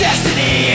Destiny